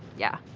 yeah.